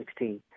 2016